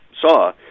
saw